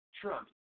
Trump